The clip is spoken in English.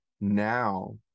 now